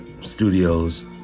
studios